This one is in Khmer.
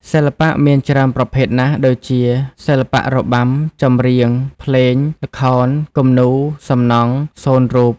សិល្បៈមានច្រើនប្រភេទណាស់ដូចជា សិល្បៈរបាំ ចម្រៀង ភ្លេង ល្ខោន គំនូរ សំណង់ សូនរូប។